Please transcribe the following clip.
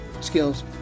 skills